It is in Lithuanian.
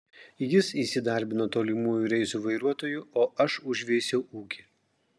jis įsidarbino tolimųjų reisų vairuotoju o aš užveisiau ūkį